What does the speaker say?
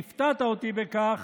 והפתעת אותי בכך